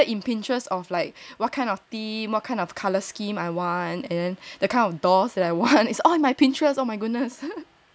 I do that I do I have a folder in Pinterest of like what kind of theme what kind of colour scheme I want and then the kind of doors that I want it's all in my Pinterest oh my goodness